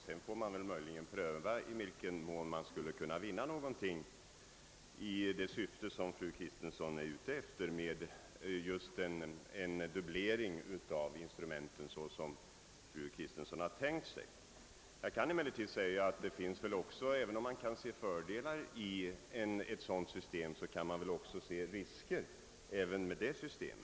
Sedan får man möjligen pröva i vilken mån någonting skulle kunna vidtas med avseende på en dubblering av instrumentet i det syfte fru Kristensson avser. Även om man kan inse fördelarna i ett sådant system, kan man väl också se att det kan medföra risker.